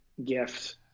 gift